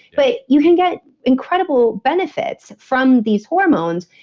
but you can get incredible benefits from these hormones.